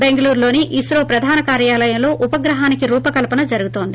బెంగళూరులోని ఇన్రో ప్రధాన కార్యాలయంలో ఉపగ్రహానికి రూపకల్పన జరుగుతోంది